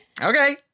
okay